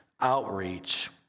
outreach